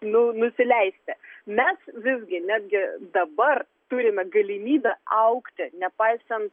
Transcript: nu nusileisti mes visgi netgi dabar turime galimybę augti nepaisant